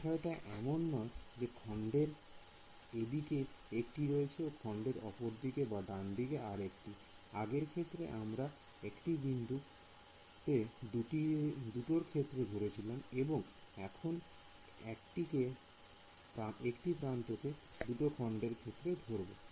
বিষয়টা এমন নয় যে খন্ডের একদিকে একটি রয়েছে ও খন্ডের অপরদিকে বা ডানদিকে আরেকটি আগের ক্ষেত্রে আমরা একটি বিন্দুতে দুটোর ক্ষেত্রে ধরেছিলাম এবং এখন একটি প্রান্তকে দুটো খন্ডের ক্ষেত্রে ধরবো